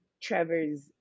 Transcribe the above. Trevor's